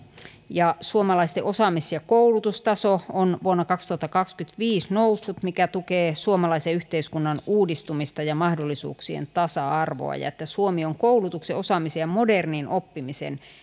ja suomalaisten osaamis ja koulutustaso on vuonna kaksituhattakaksikymmentäviisi noussut mikä tukee suomalaisen yhteiskunnan uudistumista ja mahdollisuuksien tasa arvoa ja että suomi on koulutuksen osaamisen ja modernin oppimisen